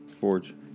Forge